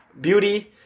beauty